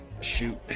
shoot